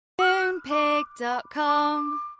Moonpig.com